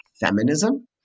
feminism